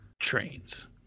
trains